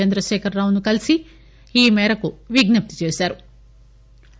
చంద్రశేఖర్ రావును కలిసి ఈ మేరకు విజ్స ప్తి చేశారు